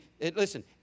listen